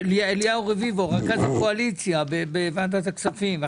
אליהו רביבו רכז הקואליציה בוועדת הכספים.